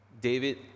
David